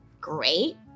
Great